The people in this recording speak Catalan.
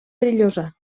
perillosa